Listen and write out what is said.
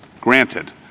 granted